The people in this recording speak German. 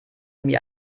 mir